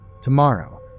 Tomorrow